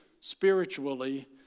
spiritually